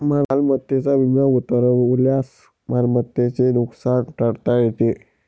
मालमत्तेचा विमा उतरवल्यास मालमत्तेचे नुकसान टाळता येते